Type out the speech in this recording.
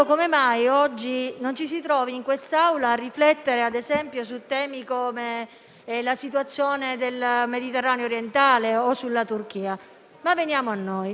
Ma veniamo a noi. Ciò che ci viene chiesto di avallare o meno con un unico voto richiederebbe, in verità, l'espressione della volontà senatoriale in due distinte operazioni.